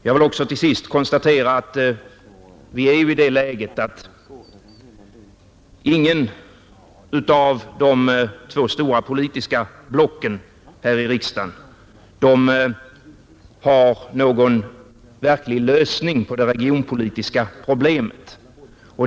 Jag vill till sist också få konstatera att vi är i det läget att ingen utav de två stora politiska blocken här i riksdagen har någon verklig lösning på det regionpolitiska problemet.